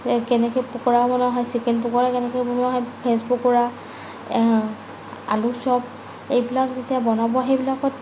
কেনেকৈ পকোৰা বনোৱা হয় চিকেন পকোৰা কেনেকৈ বনোৱা হয় ভেজ পকোৰা আলু চপ এইবিলাক যেতিয়া বনাব সেইবিলাকত